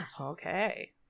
okay